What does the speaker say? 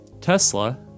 Tesla